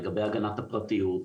לגבי הגנת הפרטיות,